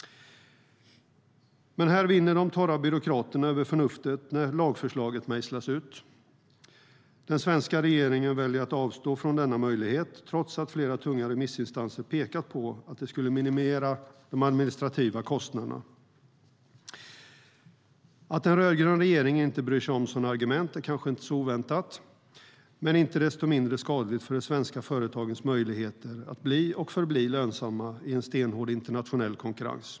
Men här vinner de torra byråkraterna över förnuftet när lagförslaget mejslas ut. Den svenska regeringen väljer att avstå från denna möjlighet trots att flera tunga remissinstanser pekat på att det skulle minimera de administrativa kostnaderna. Att en rödgrön regering inte bryr sig om sådana argument är kanske inte så oväntat, men det är inte desto mindre skadligt för de svenska företagens möjligheter att bli och förbli lönsamma i en stenhård internationell konkurrens.